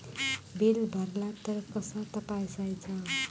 Bill भरला तर कसा तपसायचा?